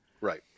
Right